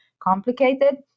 complicated